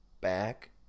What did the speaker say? back